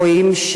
רואים,